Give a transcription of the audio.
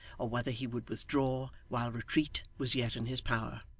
or whether he would withdraw while retreat was yet in his power.